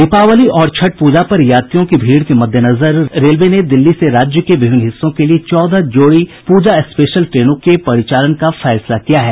दीपावली और छठ पूजा पर यात्रियों की भीड़ के मद्देनजर रेलवे ने दिल्ली से राज्य के विभिन्न हिस्सों के लिये चौदह जोड़ी पूजा स्पेशल ट्रेनों के परिचालन का फैसला किया गया है